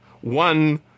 One